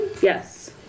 Yes